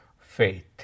faith